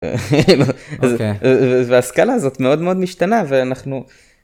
הסקאלה הזאת מאוד מאוד משתנה ואנחנו